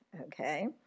Okay